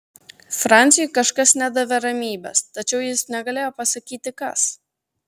franciui kažkas nedavė ramybės tačiau jis negalėjo pasakyti kas